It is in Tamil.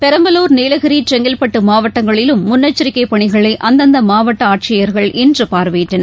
பெரம்பலூர் நீலகிரி செங்கல்பட்டுமாவட்டங்களிலும் முன்னெச்சரிக்கைபணிகளைஅந்தந்தமாவட்டஆட்சியர்கள் இன்றுபார்வையிட்டனர்